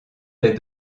des